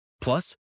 Plus